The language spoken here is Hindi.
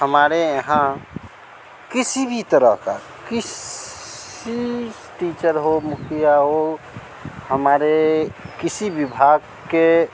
हमारे यहाँ किसी भी तरह का किसी टीचर हो मुखिया हो हमारे किसी भी विभाग के